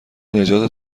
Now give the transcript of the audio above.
نجات